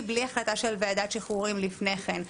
בלי החלטה של ועדת שחרורים לפני כן.